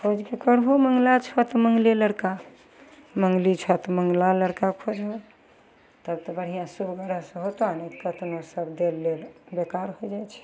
खोजिके करबहौ मंगले छह तऽ मंगले लड़का मंगली छह तऽ मंगला लड़का खोजबह तब तऽ बढ़िआँ सौमानस्य होतौ नहि तऽ कतनो सब देल लेल बेकार होइ जाइ छै